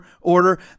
order